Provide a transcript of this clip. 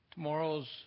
Tomorrow's